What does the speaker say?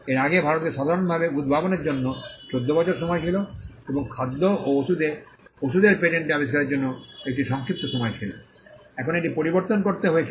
এর আগে ভারতে সাধারণভাবে উদ্ভাবনের জন্য 14 বছরের সময় ছিল এবং খাদ্য ওষুধ ও ওষুধের পেটেন্ট আবিষ্কারের জন্য একটি সংক্ষিপ্ত সময় ছিল এখন এটি পরিবর্তন করতে হয়েছিল